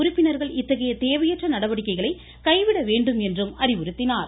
உறுப்பினர்கள் இத்தகைய தேவையற்ற நடவடிக்கைகளை எனவு கைவிட வேண்டுமென்றும் அறிவுறுத்தினார்